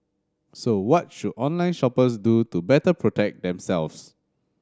so what should online shoppers do to better protect themselves